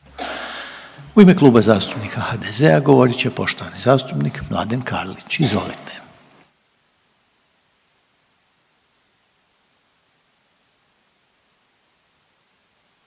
U ime Kluba zastupnika HDZ-a govorit će poštovani zastupnik Mladen Karlić. Izvolite.